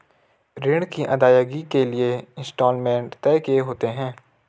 ऋण की अदायगी के लिए इंस्टॉलमेंट तय किए होते हैं